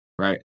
right